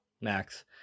max